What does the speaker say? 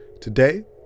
Today